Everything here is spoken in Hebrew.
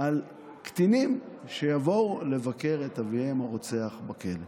על קטינים שיבואו לבקר את אביהם הרוצח בכלא.